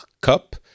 cup